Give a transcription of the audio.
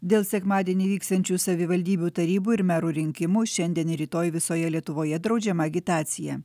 dėl sekmadienį vyksiančių savivaldybių tarybų ir merų rinkimų šiandien ir rytoj visoje lietuvoje draudžiama agitacija